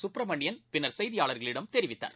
சுப்பிரமணியன் பின்னர் செய்தியாளர்களிடம் தெரிவித்தார்